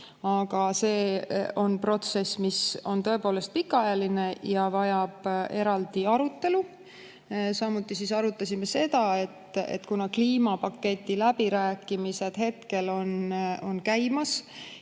Aga see on protsess, mis on tõepoolest pikaajaline ja vajab eraldi arutelu. Samuti arutasime seda, et kuna kliimapaketi läbirääkimised on käimas